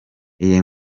iyi